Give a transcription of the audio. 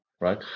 right